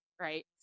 right